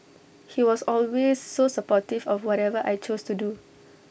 he was always so supportive of whatever I chose to do